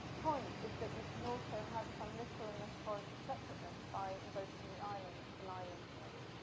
point is that you can also have some literal and metaphorical separateness buy invoking the island and islandness.